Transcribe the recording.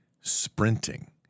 sprinting